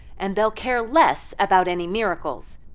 and they'll care less about any miracles.